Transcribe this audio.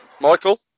Michael